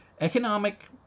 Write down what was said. Economic